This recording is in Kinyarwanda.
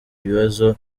ibibazo